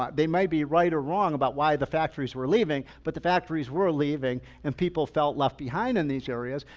but they may be right or wrong about why the factories were leaving, but the factories were leaving. and people felt left behind in these areas.